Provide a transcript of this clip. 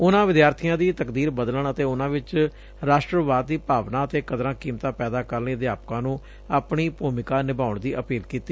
ਉਨਾਂ ਵਿਦਿਆਰਥੀਆਂ ਦੀ ਤਕਦੀਰ ਬਦਲਣ ਅਤੇ ਉਨਾਂ ਵਿੱਚ ਰਾਸਟਰਵਾਦ ਦੀ ਭਾਵਨਾ ਅਤੇ ਕਦਰਾਂ ਕੀਮਤਾਂ ਪੈਦਾ ਕਰਨ ਲਈ ਅਧਿਆਪਕਾਂ ਨੂੰ ਆਪਣੀ ਭੁਮਿਕਾ ਨਿਭਾਉਣ ਦੀ ਅਪੀਲ ਕੀਤੀ